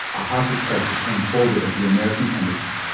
a hostage crisis unfolded at the american embassy